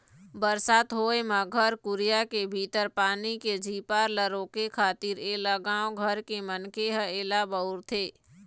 बरसात होय म घर कुरिया के भीतरी पानी के झिपार ल रोके खातिर ऐला गाँव घर के मनखे ह ऐला बउरथे